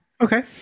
Okay